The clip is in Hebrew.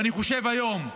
אני חושב שהיום,